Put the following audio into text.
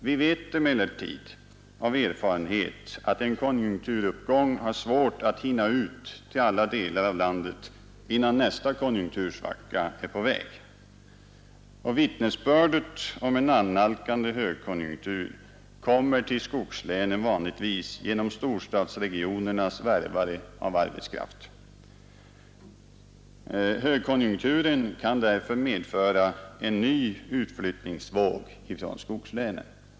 Vi vet emellertid av erfarenhet att en konjunkturuppgång har svårt att hinna ut till alla delar av landet innan nästa konjunktursvacka är på väg. Vittnesbördet om en annalkande högkonjunktur kommer vanligtvis till skogslänen genom storstadsregionernas värvare av arbetskraft. Högkonjunkturen kan därför medföra en ny utflyttningsvåg i skogslänen.